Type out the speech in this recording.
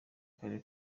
karere